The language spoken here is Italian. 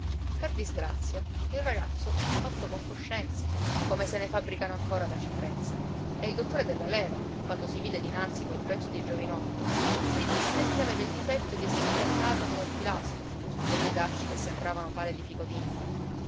per disgrazia il ragazzo era fatto con coscienza come se ne fabbricano ancora ad aci trezza e il dottore della leva quando si vide dinanzi quel pezzo di giovanotto gli disse che aveva il difetto di esser piantato come un pilastro su quei piedacci che sembravano pale di